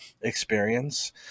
experience